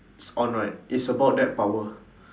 it's on right it's about that power